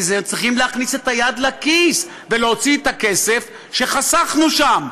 כי צריכים להכניס את היד לכיס ולהוציא את הכסף שחסכנו שם.